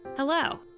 Hello